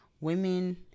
Women